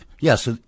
yes